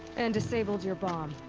and disabled your bomb.